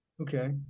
Okay